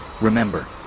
Remember